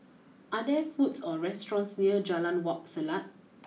are there food or restaurants near Jalan Wak Selat